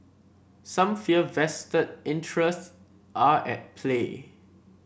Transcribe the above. some fear vested interests are at play